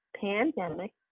pandemic